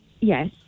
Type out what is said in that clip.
Yes